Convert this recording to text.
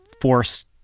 force